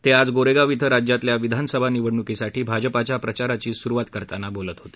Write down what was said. ते आज गोरेगाव इथं राज्यातल्या विधानसभा निवडणुकीसाठी भाजपाच्या प्रचाराची सुरुवात करताना बोलत होते